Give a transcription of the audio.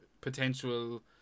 potential